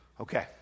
Okay